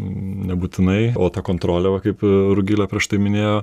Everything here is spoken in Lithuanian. nebūtinai o ta kontrolė va kaip rugilė prieš tai minėjo